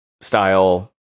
style